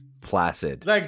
placid